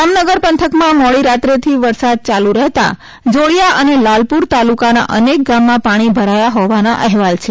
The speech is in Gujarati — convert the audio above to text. જામનગર પંથકમાં મોડીરાત્રથી વરસાદ ચાલુ રહેતા જોડીયા અને લાલપુર તાલુકાના અનેક ગામમાં પાણી ભરાયા હોવાના અહેવાલ છે